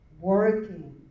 working